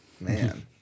Man